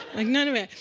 like, none of it.